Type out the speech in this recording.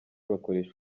bakoresha